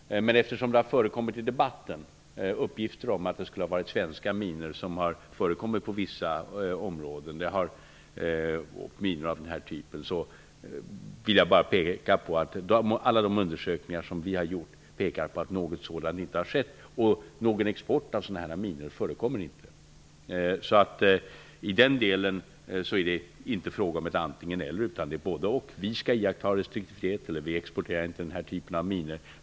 Men eftersom det i debatten har förekommit uppgifter om att det skulle ha varit svenska minor som funnits i vissa områden, vill jag bara hänvisa till att alla de undersökningar som vi har gjort pekar på att något sådant inte har skett. Export av sådana här minor förekommer inte. I den delen är det inte fråga om antingen-eller, utan det är både-och. Vi skall iaktta restriktivitet, eller vi exporterar inte den här typen av minor.